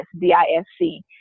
D-I-S-C